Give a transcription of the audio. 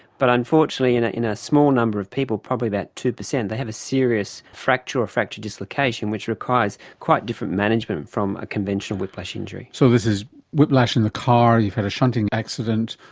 but unfortunately in a in a small number of people, probably about two percent, they have a serious fracture or fracture dislocation which requires quite different management from a conventional whiplash injury. so this is whiplash in the car, you've had a shunting accident,